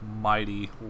mighty